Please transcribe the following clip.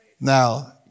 Now